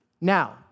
Now